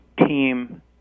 team